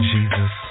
Jesus